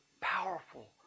powerful